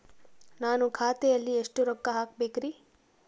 ನಾನು ಖಾತೆಯಲ್ಲಿ ಎಷ್ಟು ರೊಕ್ಕ ಹಾಕಬೇಕ್ರಿ?